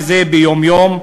וזה ביום-יום,